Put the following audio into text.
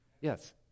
Yes